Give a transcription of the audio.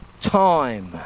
time